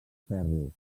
ferro